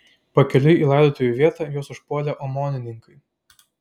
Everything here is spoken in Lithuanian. pakeliui į laidotuvių vietą juos užpuolė omonininkai